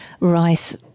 rice